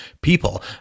people